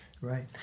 Right